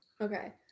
okay